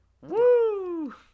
Woo